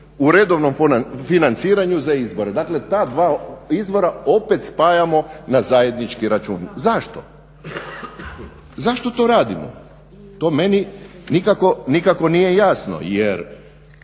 redovnom financiranju za izbore. Dakle ta dva izvora opet spajamo na zajednički račun. Zašto? Zašto to radimo, to meni nikako nije jasno jer